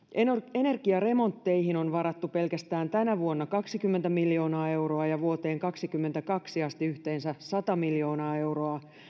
energiaremontteihin on varattu pelkästään tänä vuonna kaksikymmentä miljoonaa euroa ja vuoteen kaksikymmentäkaksi asti yhteensä sata miljoonaa euroa